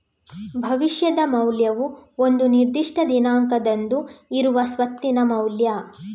ಭವಿಷ್ಯದ ಮೌಲ್ಯವು ಒಂದು ನಿರ್ದಿಷ್ಟ ದಿನಾಂಕದಂದು ಇರುವ ಸ್ವತ್ತಿನ ಮೌಲ್ಯ